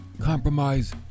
compromise